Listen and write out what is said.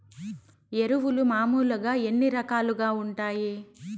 ఎరువులు మామూలుగా ఎన్ని రకాలుగా వుంటాయి?